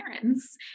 parents